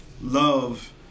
love